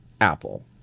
Apple